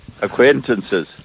acquaintances